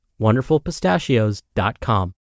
wonderfulpistachios.com